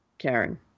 Karen